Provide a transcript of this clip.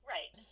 Right